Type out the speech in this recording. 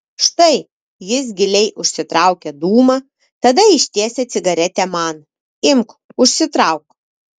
štai jis giliai užsitraukia dūmą tada ištiesia cigaretę man imk užsitrauk